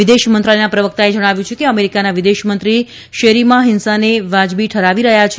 વિદેશમંત્રાલયના પ્રવકતાએ જણાવ્યું કે અમેરિકાના વિદેશમંત્રી શેરીમાં ફીંસાને વાજબી ઠરાવી રહ્યા છે